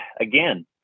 again